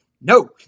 no